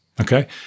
Okay